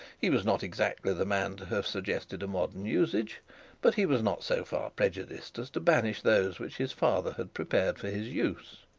he was not exactly the man to have suggested a modern usage but he was not so far prejudiced as to banish those which his father had prepared for his use.